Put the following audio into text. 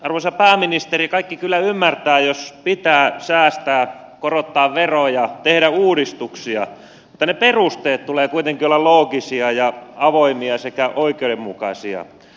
arvoisa pääministeri kaikki kyllä ymmärtävät jos pitää säästää korottaa veroja tehdä uudistuksia mutta niiden perusteiden tulee kuitenkin olla loogisia ja avoimia sekä oikeudenmukaisia